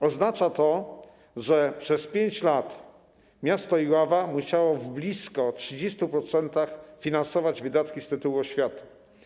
Oznacza to, że przez 5 lat miasto Iława musiało w blisko 30% finansować wydatki z tytułu oświaty.